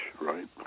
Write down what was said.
right